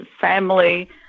family